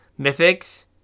mythics